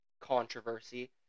controversy